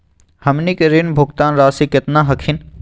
हमनी के ऋण भुगतान रासी केतना हखिन?